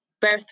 birth